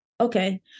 okay